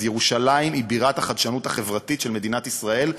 אז ירושלים היא בירת החדשנות החברתית של מדינת ישראל,